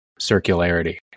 circularity